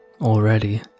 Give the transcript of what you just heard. already